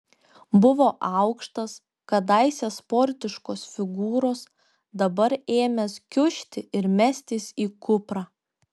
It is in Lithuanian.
buvo aukštas kadaise sportiškos figūros dabar ėmęs kiužti ir mestis į kuprą